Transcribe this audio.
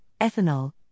ethanol